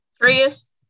Chris